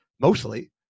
mostly